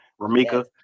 Ramika